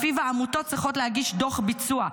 שלפיו העמותות צריכות להגיש דוח ביצוע.